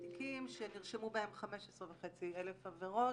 תיקים שנרשמו בהם 15,500 עבירות.